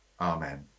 Amen